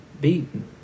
beaten